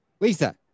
Lisa